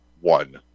one